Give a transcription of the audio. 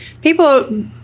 people